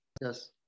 yes